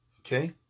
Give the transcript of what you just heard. Okay